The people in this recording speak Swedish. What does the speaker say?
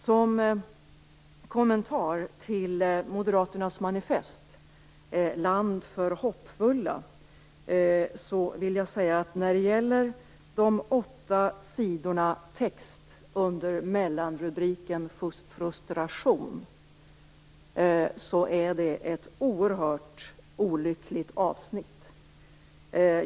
Som kommentar till Moderaternas manifest, Land för hoppfulla, vill jag säga att de åtta sidorna text under mellanrubriken Frustration är ett oerhört olyckligt avsnitt.